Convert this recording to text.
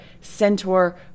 Centaur